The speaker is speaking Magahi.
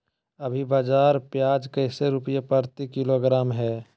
अभी बाजार प्याज कैसे रुपए प्रति किलोग्राम है?